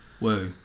Whoa